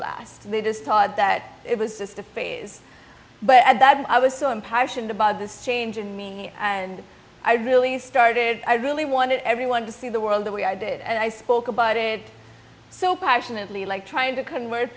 last they just thought that it was just a phase but at that i was so impassioned by this change in me and i really started i really wanted everyone to see the world the way i did and i spoke about it so passionately like trying to conv